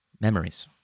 Memories